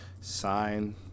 Sign